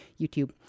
YouTube